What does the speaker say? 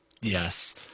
yes